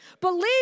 Believe